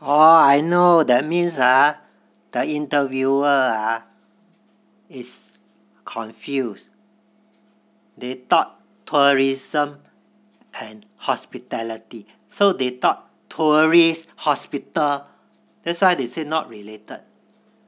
orh I know that means ah the interviewer ah is confused they thought tourism and hospitality so they thought tourists hospital that's why they said not related